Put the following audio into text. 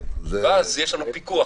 ואז יש לנו פיקוח.